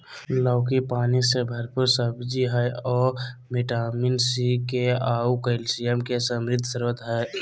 लौकी पानी से भरपूर सब्जी हइ अ विटामिन सी, के आऊ कैल्शियम के समृद्ध स्रोत हइ